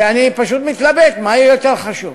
שאני פשוט מתלבט מה יותר חשוב.